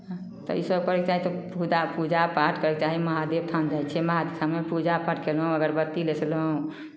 तऽ इसभ करयके चाही तऽ पूदा पूजा पाठ करिते महादेव थान जाइ छियै महादेव थानमे पूजा पाठ कयलहुँ अगरबत्ती नेसलहुँ